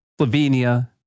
Slovenia